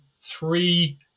three